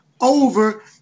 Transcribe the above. over